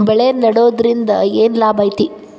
ಬೆಳೆ ನೆಡುದ್ರಿಂದ ಏನ್ ಲಾಭ ಐತಿ?